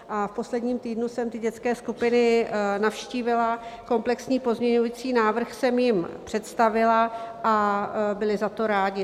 V posledním týdnu jsem ty dětské skupiny navštívila, komplexní pozměňovací návrh jsem jim představila a byli za to rádi.